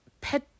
pet